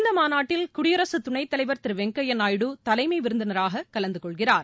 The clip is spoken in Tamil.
இந்த மாநாட்டில் குடியரசு துணைத் தலைவர் திரு வெங்கையா நாயுடு தலைமை விருந்தினராக கலந்து கொள்கிறார்